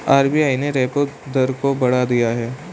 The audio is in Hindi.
आर.बी.आई ने रेपो दर को बढ़ा दिया है